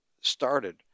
started